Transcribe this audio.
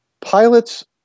pilots